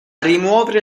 rimuovere